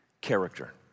character